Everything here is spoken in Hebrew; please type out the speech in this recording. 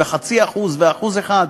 וחצי אחוז ואחוז אחד,